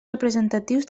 representatius